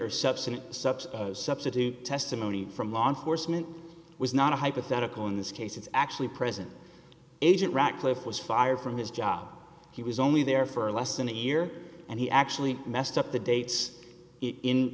such substitute testimony from law enforcement was not a hypothetical in this case it's actually present agent ratcliffe was fired from his job he was only there for less than a year and he actually messed up the dates in